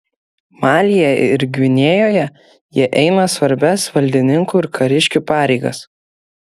malyje ir gvinėjoje jie eina svarbias valdininkų ir kariškių pareigas